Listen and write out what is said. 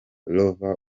rover